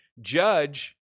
judge